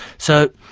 so,